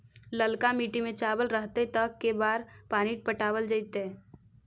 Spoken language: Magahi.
ललका मिट्टी में चावल रहतै त के बार पानी पटावल जेतै?